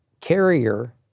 carrier